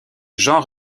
jean